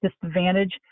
disadvantage